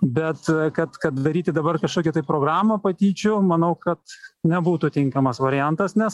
bet kad kad daryti dabar kažkokią tai programą patyčių manau kad nebūtų tinkamas variantas nes